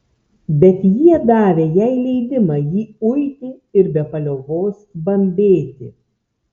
bet jie davė jai leidimą jį uiti ir be paliovos bambėti